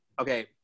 okay